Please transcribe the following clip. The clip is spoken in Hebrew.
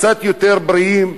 קצת יותר בריאים,